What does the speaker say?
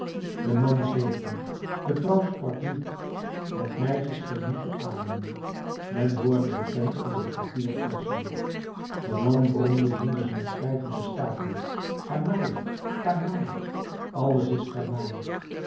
de man zweeg nu de vrouw sprak niet het meisje scheen niet te ademen men hoorde de pen over het papier krassen de man bromde zonder zijn schrijven te staken canaille canaille alles is